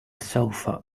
sofa